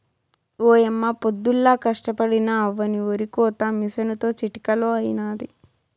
ఓయమ్మ పొద్దుల్లా కష్టపడినా అవ్వని ఒరికోత మిసనుతో చిటికలో అయినాది